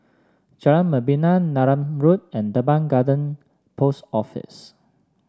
Jalan Membina Neram Road and Teban Garden Post Office